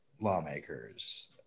lawmakers